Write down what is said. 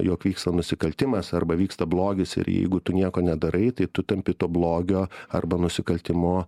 jog vyksta nusikaltimas arba vyksta blogis ir jeigu tu nieko nedarai tai tu tampi to blogio arba nusikaltimo